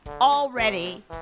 already